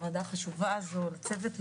לוועדה החשובה הזאת ולצוות,